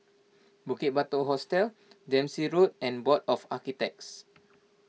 Bukit Batok Hostel Dempsey Road and Board of Architects